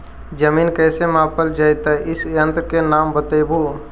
जमीन कैसे मापल जयतय इस यन्त्र के नाम बतयबु?